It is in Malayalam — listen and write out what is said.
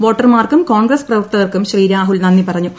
വോട്ടർമാർക്കും കോൺഗ്രസ് പ്രവർത്തകർക്കും ശ്രീ രാഹുൽ നന്ദി പറഞ്ഞു